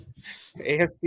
AFC